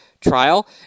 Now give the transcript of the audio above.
trial